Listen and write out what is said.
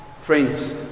Friends